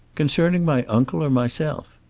concerning my uncle, or myself?